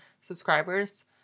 subscribers